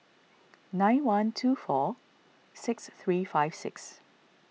nine one two four six three five six